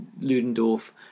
Ludendorff